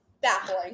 baffling